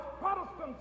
Protestants